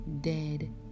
dead